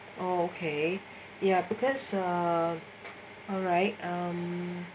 oh okay ya because uh alright um